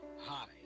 Hi